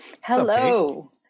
Hello